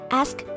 ask